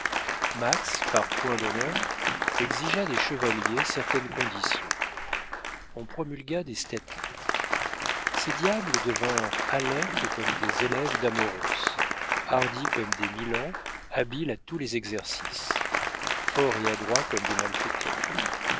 max par point d'honneur exigea des chevaliers certaines conditions on promulgua des statuts ces diables devinrent alertes comme des élèves d'amoros hardis comme des milans habiles à tous les exercices forts et adroits comme des malfaiteurs